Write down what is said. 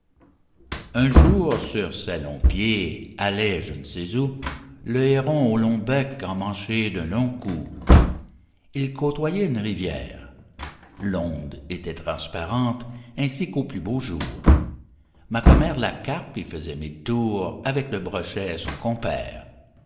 un jour sur ses longs pieds allait je ne sais où le héron au long bec emmanché d'un long cou il côtoyait une rivière l'onde était transparente ainsi qu'aux plus beaux jours ma commère la carpe y faisait mille tours avec le brochet son compère